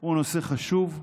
הוא נושא חשוב,